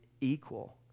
equal